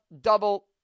double